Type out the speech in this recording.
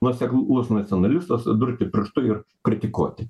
nuoseklus nacionalistas durti pirštu ir kritikuoti